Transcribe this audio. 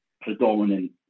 predominant